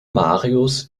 marius